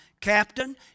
captain